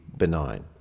benign